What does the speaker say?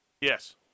Yes